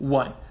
one